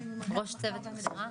ראש צוות בכירה,